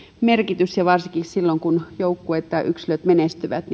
merkityksen ja varsinkin silloin kun joukkueet tai yksilöt menestyvät